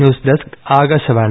news desk Akashvani